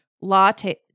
latte